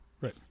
Right